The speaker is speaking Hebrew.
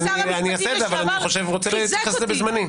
אני אעשה את זה אבל אני רוצה להתייחס לזה בזמני.